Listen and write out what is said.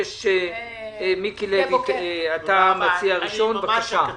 מיקי לוי, המציע הראשון, בבקשה.